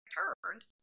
turned